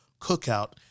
cookout